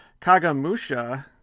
Kagamusha